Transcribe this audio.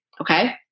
okay